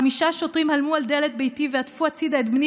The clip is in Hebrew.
חמישה שוטרים הלמו על דלת ביתי והדפו הצידה את בני,